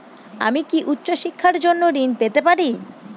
আমি কি উচ্চ শিক্ষার জন্য ঋণ পেতে পারি?